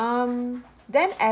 um then